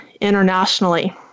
internationally